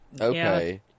Okay